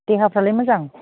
देहाफ्रालाय मोजां